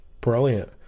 brilliant